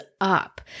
up